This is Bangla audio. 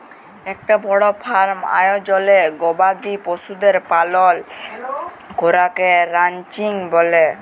একটা বড় ফার্ম আয়জলে গবাদি পশুদের পালন করাকে রানচিং ব্যলে